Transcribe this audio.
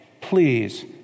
Please